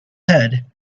head